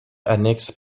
annexes